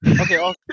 Okay